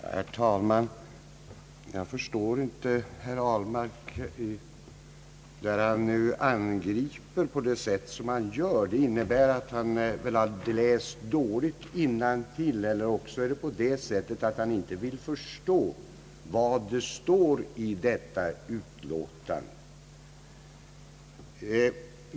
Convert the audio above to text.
Herr talman! Jag förstår inte herr Ahlmark. När han angriper på det sätt som han gör innebär det att han läst dåligt innantill eller också att han inte förstår vad som står i utlåtandet.